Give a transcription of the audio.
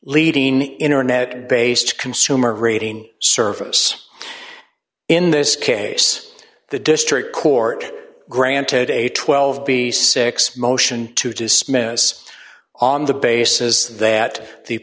leading internet based consumer rating service in this case the district court granted a twelve b six motion to dismiss on the basis that the